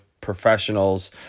professionals